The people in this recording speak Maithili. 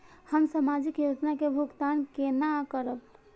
हम सामाजिक योजना के भुगतान केना करब?